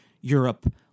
Europe